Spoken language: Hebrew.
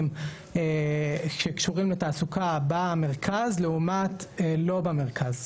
שקשורים לתעסוקה במרכז לעומת לא במרכז,